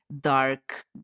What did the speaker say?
dark